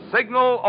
Signal